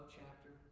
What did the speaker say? chapter